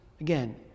again